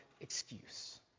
excuse